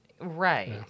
right